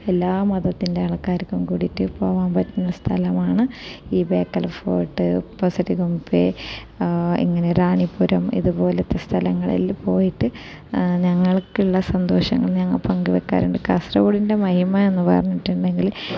എല്ലാ മതത്തിൻ്റെ ആൾക്കാർക്കും കൂടിയിട്ട് പോകുവാൻ പറ്റുന്ന സ്ഥലമാണ് ഈ ബേക്കൽ ഫോർട്ട് പൊസടിഗുമ്പെ ഇങ്ങനെ റാണിപുരം ഇതുപോലത്തെ സ്ഥലങ്ങളിൽ പോയിട്ട് ഞങ്ങൾക്കുള്ള സന്തോഷങ്ങൾ ഞങ്ങൾ പങ്കുവെക്കാറുണ്ട് കാസർഗോഡിൻ്റെ മഹിമ എന്ന് പറഞ്ഞിട്ടുണ്ടെങ്കിൽ